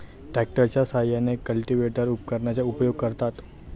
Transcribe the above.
ट्रॅक्टरच्या साहाय्याने कल्टिव्हेटर उपकरणाचा उपयोग करतात